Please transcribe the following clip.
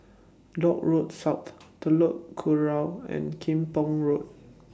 Dock Road South Telok Kurau and Kim Pong Road